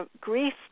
grief